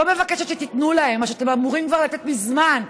לא מבקשת שתיתנו להם מה שאתם אמורים לתת כבר מזמן.